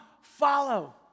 follow